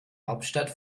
hauptstadt